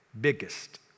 biggest